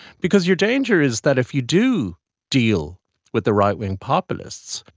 because your danger is that if you do deal with the right-wing populists,